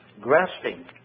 grasping